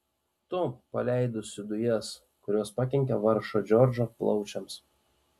tų paleidusių dujas kurios pakenkė vargšo džordžo plaučiams